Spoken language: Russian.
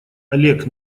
олег